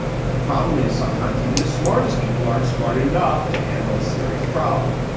but the problem is, sometimes even the smartest people aren't smart enough to handle a serious problem.